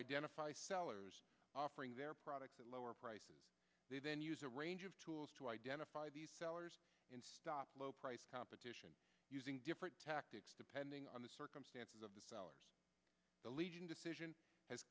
identify sellers offering their products at lower prices they then use a range of tools to identify these sellers in stop low price competition using different tactics depending on the circumstances of the sellers the legion decision has